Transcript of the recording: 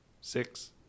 Six